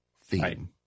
theme